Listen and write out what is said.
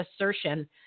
assertion